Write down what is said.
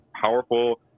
powerful